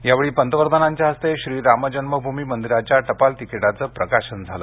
यावेळी पंतप्रधानांच्या हस्ते श्रीराम जन्मभूमी मंदिराच्या टपाल तिकिटाचं प्रकाशन झालं